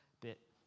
bit